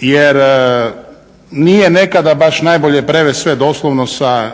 Jer nije nekada baš najbolje prevesti sve doslovno sa